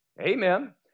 Amen